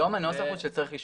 היום הנוסח הוא שצריך אישור.